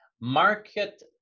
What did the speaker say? market